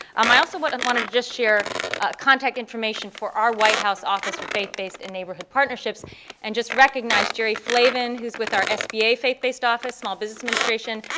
um i also and wanted to just share contact information for our white house office for faith-based and neighborhood partnerships and just recognize jerry flavin who is with our sba faith-based office, small business administration.